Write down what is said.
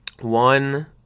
one